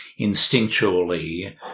instinctually